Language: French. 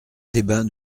débat